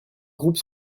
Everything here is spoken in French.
groupe